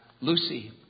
Lucy